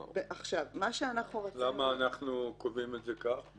למה אנחנו קובעים את זה כך?